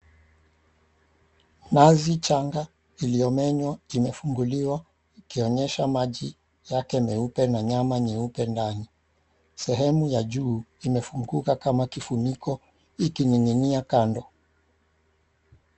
Nazi changa iliomenywa imefunguliwa ikionyesha maji yake meupe na nyama nyeupe ndani. Sehemu ya juu imefunguka kama kifuniko ikining'inia kando.